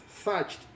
searched